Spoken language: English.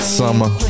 summer